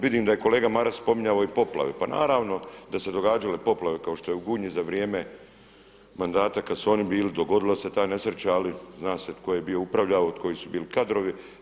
Vidim da je kolega Maras spominjao i poplave, pa naravno da su se događale poplave kao što je u Gunji za vrijeme mandata kada su oni bili dogodila se ta nesreća, ali zna se ko je bio upravljao i koji su bili kadrovi.